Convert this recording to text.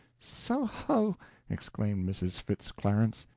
soho! exclaimed mrs. fitz clarence,